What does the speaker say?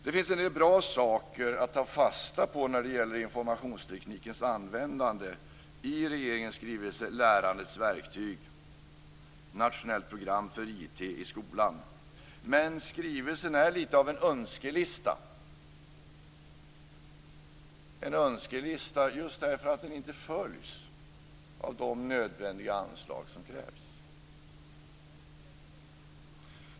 Det finns en del bra saker att ta fasta på när det gäller informationsteknikens användande i regeringens skrivelse Lärandets verktyg - nationellt program för IT i skolan. Men skrivelsen är lite av en önskelista - en önskelista just därför att den inte följs av de nödvändiga anslag som krävs.